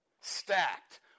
stacked